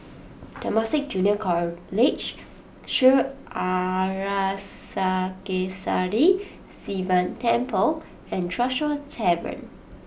Temasek Junior College Sri Arasakesari Sivan Temple and Tresor Tavern